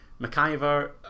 Maciver